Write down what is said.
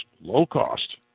low-cost